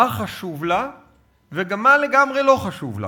מה חשוב לה וגם מה לגמרי לא חשוב לה.